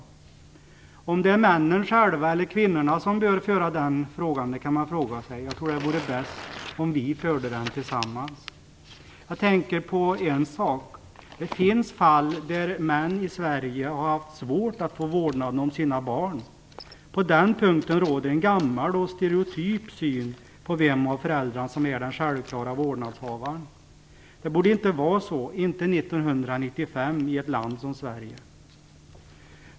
Om det är männen själva eller kvinnorna som bör föra den frågan kan man fråga sig. Jag tror att det vore bäst om vi förde den tillsammans. Det finns fall där män i Sverige har haft svårt att få vårdnaden om sina barn. På den punkten råder en gammal och stereotyp syn på vem av föräldrarna som är den självklara vårdnadshavaren. Det borde inte vara så - inte år 1995 i ett land som Sverige.